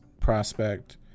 prospect